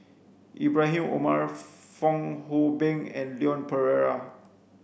Ibrahim Omar Fong Hoe Beng and Leon Perera